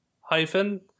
Hyphen